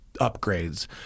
upgrades